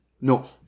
no